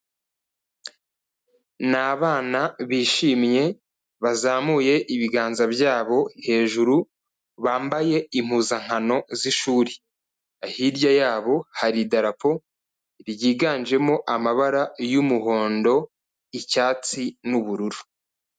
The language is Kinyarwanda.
Ni abana bishimye, bazamuye ibiganza byabo hejuru, bambaye impuzankano z'ishuri, hirya yabo hari idarapo ryiganjemo amabara y'umuhondo, icyatsi, n'ubururu.